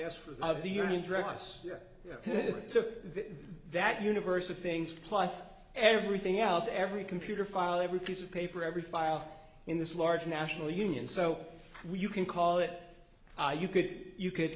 of the union address so that universe of things plus everything else every computer file every piece of paper every file in this large national union so you can call it you could you could